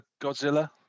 godzilla